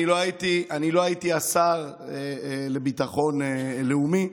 אני לא הייתי השר לביטחון לאומי.